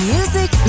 Music